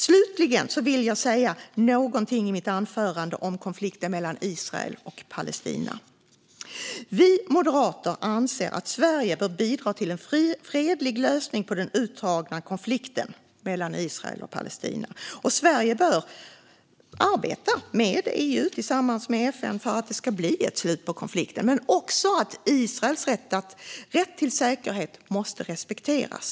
Slutligen vill jag säga någonting i mitt anförande om konflikten mellan Israel och Palestina. Vi moderater anser att Sverige bör bidra till en fredlig lösning på den utdragna konflikten mellan Israel och Palestina. Sverige bör arbeta med EU tillsammans med FN för att det ska bli ett slut på konflikten. Men Israels rätt till säkerhet måste respekteras.